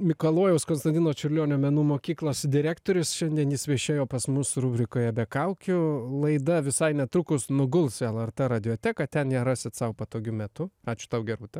mikalojaus konstantino čiurlionio menų mokyklos direktorius šiandien jis viešėjo pas mus rubrikoje be kaukių laida visai netrukus nuguls į lrt radioteką ten ją rasit sau patogiu metu ačiū tau gerūta